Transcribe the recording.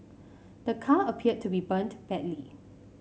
the car appeared to be burnt badly